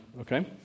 okay